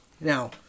Now